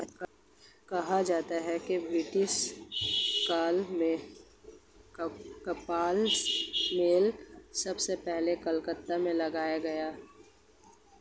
कहा जाता है कि ब्रिटिश काल में कपास मिल सबसे पहले कलकत्ता में लगाया गया